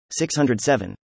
607